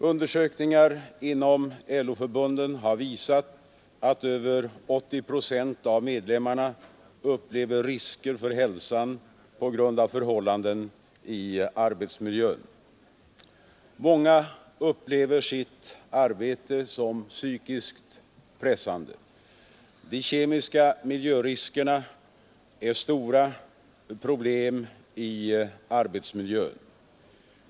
Undersökningar inom LO-förbunden har visat att över 80 procent av medlemmarna upplever risker för hälsan på grund av förhållanden i arbetsmiljön. Många upplever sitt arbete som psykiskt pressande. De kemiska miljöriskerna är stora problem i arbetsmiljön.